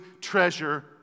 treasure